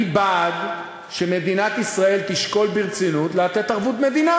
אני בעד שמדינת ישראל תשקול ברצינות לתת ערבות מדינה,